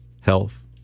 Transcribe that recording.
health